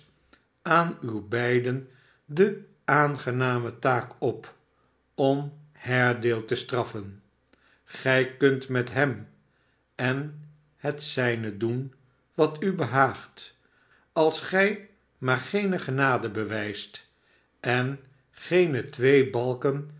aan u beiden de aangename taak op om haredale te straffen gij kunt met hem en het zijne doen wat u behaagt als gij maar geene genade bewijst en geene twee balken